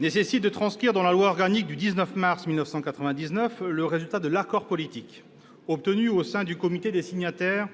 nécessite de transcrire dans la loi organique du 19 mars 1999 relative à la Nouvelle-Calédonie le résultat de l'accord politique obtenu au sein du comité des signataires